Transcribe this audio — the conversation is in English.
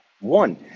One